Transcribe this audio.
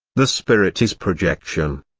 the spirit is projection.